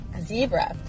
zebra